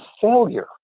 failure